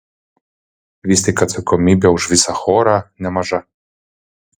vis tik atsakomybė už visą chorą nemaža